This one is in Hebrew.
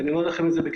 אני אומר בכנות,